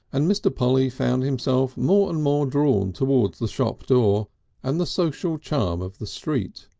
and mr. polly found himself more and more drawn towards the shop door and the social charm of the street.